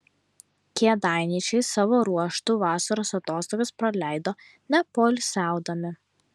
kėdainiečiai savo ruožtu vasaros atostogas praleido nepoilsiaudami